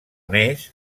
més